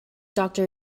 doctor